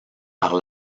par